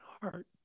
heart